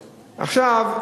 עכשיו,